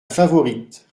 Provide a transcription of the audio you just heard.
favorite